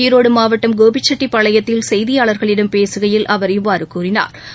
ஈரோடு மாவட்டம் கோபிச்செட்டி பாளையத்தில் செய்தியாளர்களிடம் பேசுகையில் அவர் இவ்வாறு கூறினாா்